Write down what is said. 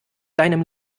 deinem